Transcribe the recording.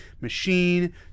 machine